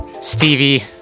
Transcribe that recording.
Stevie